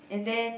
and then